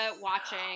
watching